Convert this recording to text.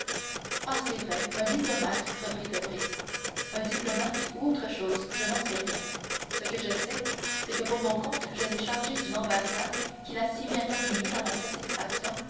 ah c'est vrai un diplomate reprit debray un diplomate ou autre chose je n'en sais rien ce que je sais c'est que pour mon compte je l'ai chargé d'une ambassade qu'il a si bien terminée à ma satisfaction